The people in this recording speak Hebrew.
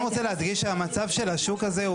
אז אני כן רוצה להדגיש שהמצב של השוק הזה הוא